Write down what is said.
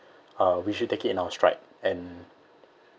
uh we should take it in our stride and